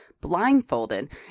blindfolded